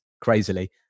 crazily